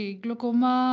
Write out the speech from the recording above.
glaucoma